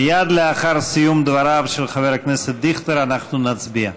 מייד לאחר סיום דבריו של חבר הכנסת דיכטר אנחנו נצביע.